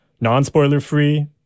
non-spoiler-free